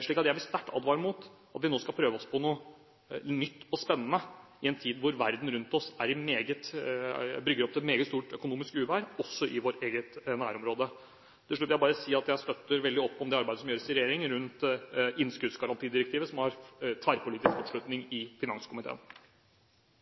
Så jeg vil sterkt advare mot at vi nå skal prøve oss på noe nytt og spennende i en tid da det i verden rundt oss brygger opp til et stort økonomisk uvær, også i vårt eget nærområde. Til slutt vil jeg bare si at jeg støtter veldig opp om det arbeidet som gjøres i regjeringen rundt innskuddsgarantidirektivet, som har tverrpolitisk oppslutning i finanskomiteen.